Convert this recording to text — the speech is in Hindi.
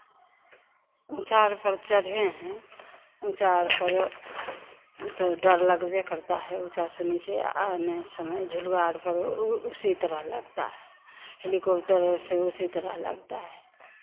ऊँचा आर पर चढ़े हैं ऊँचा आर पर तो डर लगबे करता है ऊँचा से नीचे आने समय झूलुवा आर पर उसी तरह लगता है हेलिकॉप्टर पर से उसी तरह लगता है